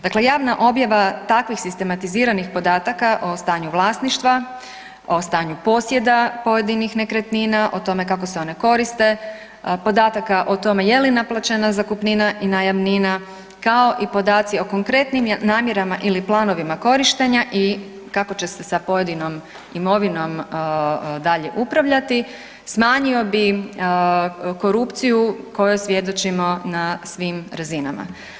Dakle, javna objava takvih sistematiziranih podataka o stanju vlasništva, o stanju posjeda pojedinih nekretnina, o tome kako se one koriste, podataka o tome je li naplaćena zakupnina i najamnina, kao i podaci o konkretnim namjerama ili planovima korištenja i kako će se sa pojedinom imovinom dalje upravljati, smanjio bi korupciju kojoj svjedočimo na svim razinama.